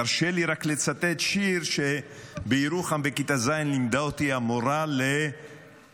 תרשה לי רק לצטט שיר שלימדה אותי המורה לזמרה